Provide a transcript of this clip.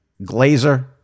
Glazer